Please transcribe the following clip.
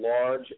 Large